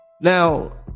Now